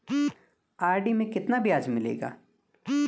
RD में कितना ब्याज मिलेगा?